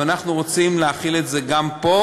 ואנחנו רוצים להחיל את זה גם פה,